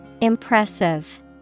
Impressive